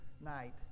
night